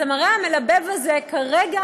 אז המראה המלבב הזה כרגע,